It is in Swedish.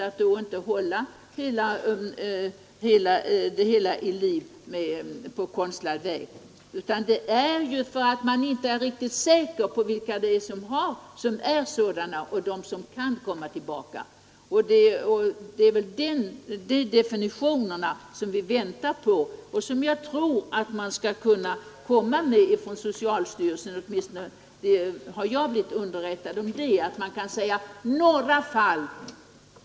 Det är inte ovilja att handla humant mot människor, som anses hjärndöda, om man håller dem vid liv på konstlad väg, utan svårigheten att bedöma om en människa är hjärndöd.